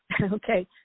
Okay